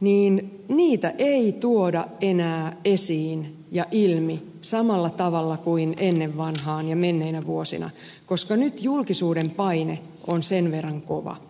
niin niitä ei tuoda enää esiin ja ilmi samalla tavalla kuin ennen vanhaan ja menneinä vuosina koska nyt julkisuuden paine on sen verran kova